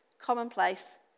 Commonplace